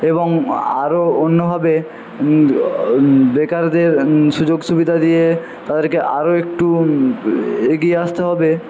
এবং আরো অন্যভাবে বেকারদের সুযোগ সুবিধা দিয়ে তাদেরকে আরো একটু এগিয়ে আসতে হবে